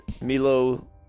Milo